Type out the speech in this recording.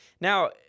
now